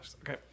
Okay